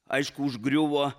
aišku užgriuvo